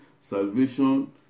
salvation